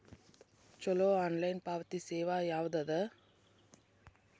ಛಲೋ ಆನ್ಲೈನ್ ಪಾವತಿ ಸೇವಾ ಯಾವ್ದದ?